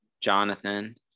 Jonathan